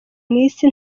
isi